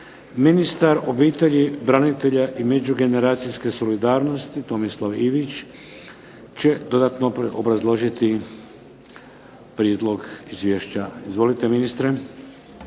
Ministar obitelji, branitelja i međugeneracijske solidarnosti Tomislav Ivić će dodatno obrazložiti prijedlog Izvješća. **Ivić, Tomislav